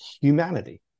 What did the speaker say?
humanity